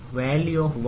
Value of 1 M